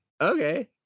okay